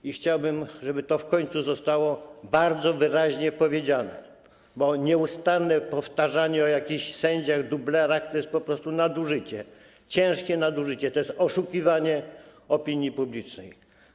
I chciałbym, żeby to w końcu zostało bardzo wyraźnie powiedziane, bo nieustanne powtarzanie o jakichś sędziach dublerach to jest po prostu nadużycie, ciężkie nadużycie, to jest oszukiwanie opinii publicznej.